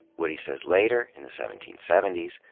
woody says later, in the seventeen seventy s,